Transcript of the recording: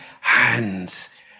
hands